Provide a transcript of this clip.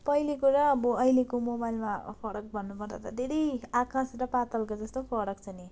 पहिलेको र अब अहिलेको मोबाइलमा फरक भन्नु पर्दा त धेरै आकाश र पातालको जस्तो फरक छ नि